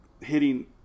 hitting